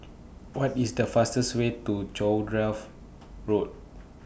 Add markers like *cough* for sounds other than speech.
What IS The fastest Way to Cowdray *noise* Road